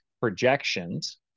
projections